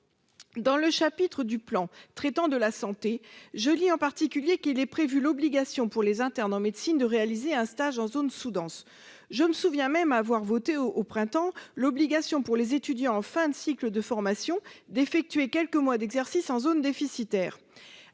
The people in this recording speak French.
Dans le chapitre du plan relatif à la santé, je lis en particulier qu'est prévue l'obligation pour les internes en médecine de réaliser un stage en zone sous-dense. Je me souviens même avoir voté au printemps dernier l'obligation pour les étudiants en fin de cycle de formation d'effectuer quelques mois d'exercice en zone déficitaire.